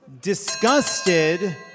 Disgusted